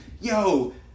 Yo